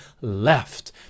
left